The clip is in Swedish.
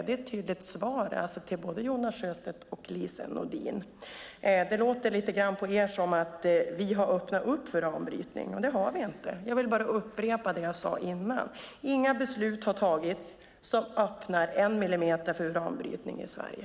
Det är ett tydligt svar både till Jonas Sjöstedt och till Lise Nordin. Det låter lite grann på er som att vi har öppnat upp för uranbrytning. Det har vi inte. Låt mig upprepa det som jag sade tidigare, nämligen att inga beslut har fattats som på något enda sätt öppnar upp för uranbrytning i Sverige.